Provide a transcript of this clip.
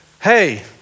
hey